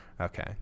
Okay